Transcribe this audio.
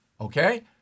Okay